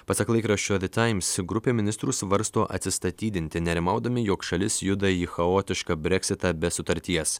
pasak laikraščio vetaims grupė ministrų svarsto atsistatydinti nerimaudami jog šalis juda į chaotišką breksitą be sutarties